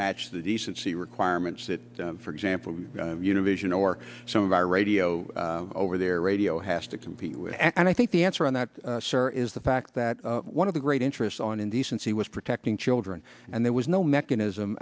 match the decency requirements that for example univision or some of our radio over their radio has to compete with and i think the answer on that sir is the fact that one of the great interest on indecency was protecting children and there was no mechanism